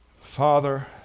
Father